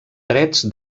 drets